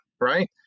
right